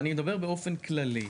ואני אדבר באופן כללי,